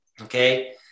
okay